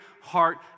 heart